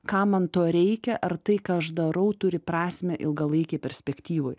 kam man to reikia ar tai ką aš darau turi prasmę ilgalaikėj perspektyvoj